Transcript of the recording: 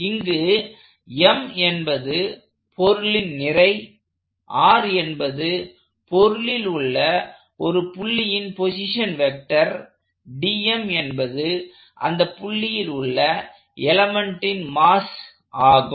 இங்கு M என்பது பொருளின் நிறை r என்பது பொருளில் உள்ள ஒரு புள்ளியின் பொசிஷன் வெக்டர் dm என்பது அந்தப் புள்ளியில் உள்ள எலமெண்ட்டின் மாஸ் ஆகும்